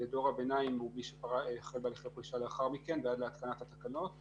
ודור הביניים הוא מי שהחל בהליכי פרישה לאחר מכן ועד להתקנת התקנות.